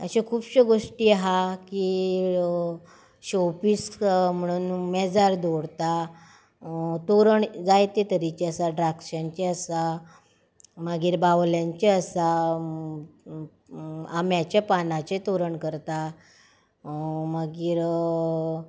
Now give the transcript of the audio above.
अश्यो खुबश्यो गोष्टी आसा की शो पीस म्हणून मेजार दवरतात तोरण जायते तरेचे आसा द्राक्षांचे आसा मागीर बावल्यांचे आसा आम्याच्या पानाचे तोरण करता मागीर